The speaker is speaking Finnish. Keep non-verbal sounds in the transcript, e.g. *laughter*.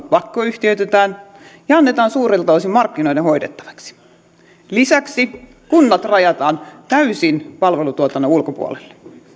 *unintelligible* pakkoyhtiöitetään ja annetaan suurelta osin markkinoiden hoidettaviksi lisäksi kunnat rajataan täysin palvelutuotannon ulkopuolelle